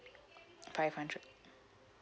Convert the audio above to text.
five hundred